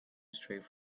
straight